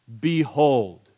behold